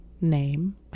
name